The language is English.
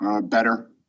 better